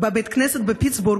בבית הכנסת בפיטסבורג,